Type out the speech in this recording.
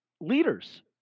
leaders